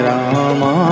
Rama